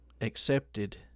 accepted